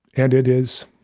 and it is,